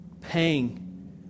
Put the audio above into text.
paying